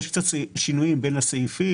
יש קצת שינויים בין הסעיפים,